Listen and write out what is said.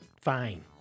Fine